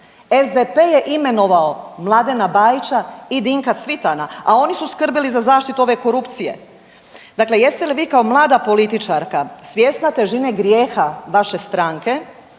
SDP je imenovao Mladena Bajića i Dinka Cvitana, a oni su skrbili za zaštitu ove korupcije. Dakle, jeste li vi kao mlada političarka svjesna težine grijeha vaše stranke